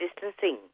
distancing